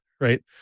right